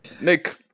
Nick